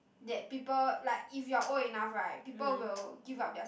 that people like if you are old enough right people will give up their